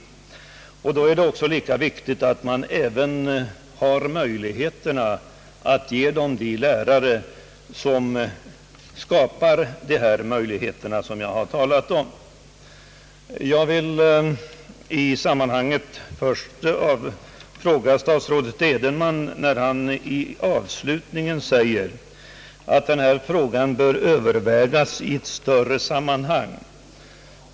Det är då viktigt att barnen får lärare med förutsättningar att ge den undervisning som jag här har talat om. Statsrådet Edenman säger avslutningsvis i sitt svar att denna fråga bör övervägas i ett större sammanhang.